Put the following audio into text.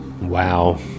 Wow